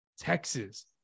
Texas